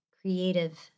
creative